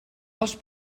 els